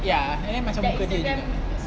ya and then macam muka dia juga